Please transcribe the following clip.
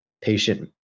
Patient